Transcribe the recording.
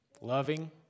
Loving